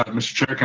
um mr. chair